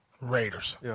Raiders